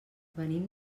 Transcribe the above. venim